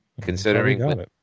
Considering